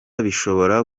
bishobora